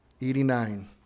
Eighty-nine